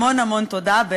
המון המון תודה.